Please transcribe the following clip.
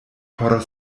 por